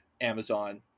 Amazon